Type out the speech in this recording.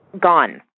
gone